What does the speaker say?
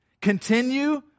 continue